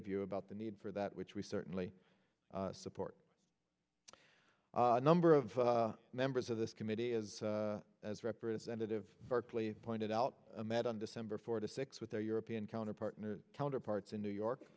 of you about the need for that which we certainly support a number of members of this committee as as representative berkley pointed out met on december fourth to six with their european counterparts counterparts in new york